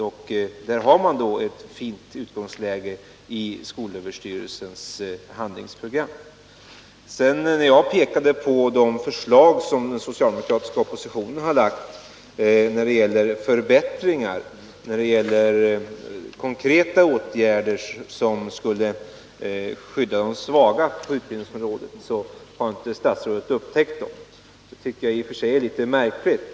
Man har ett fint utgångsläge i skolöverstyrelsens När jag pekade på de förslag som den socialdemokratiska oppositionen har lagt fram när det gäller förbättringar och när det gäller konkreta åtgärder som skulle skydda de svaga på utbildningsområdet, visade det sig att statsrådet inte hade upptäckt dem. Det tycker jag i och för sig är litet märkligt.